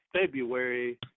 February